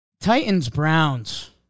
Titans-Browns